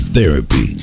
Therapy